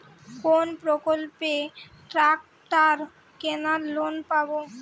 কোন প্রকল্পে ট্রাকটার কেনার লোন পাব?